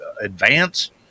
advance